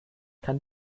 kann